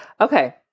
Okay